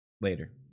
Later